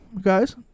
Guys